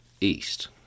east